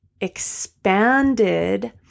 expanded